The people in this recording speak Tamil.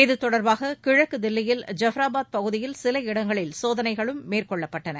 இது தொடர்பாக கிழக்கு தில்லியில் ஜஃப்ராபாத் பகுதியில் சில இடங்களில் சோதனைகளும் மேற்கொள்ளப்பட்டன